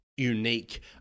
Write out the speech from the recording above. unique